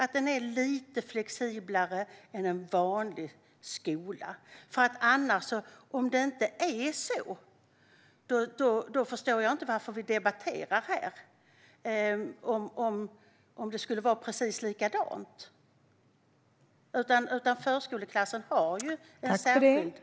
Den är lite flexiblare än en vanlig skola. Annars förstår jag inte varför vi debatterar det här, om det skulle vara precis likadant. Förskoleklassen har ju en särskild plats.